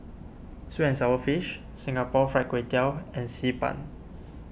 Sweet and Sour Fish Singapore Fried Kway Tiao and Xi Ban